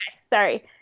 Sorry